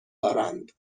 دارند